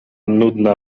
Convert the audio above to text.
nudna